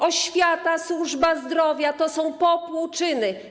Oświata, służba zdrowia to są popłuczyny.